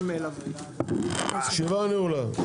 הישיבה נעולה.